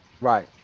Right